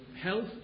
health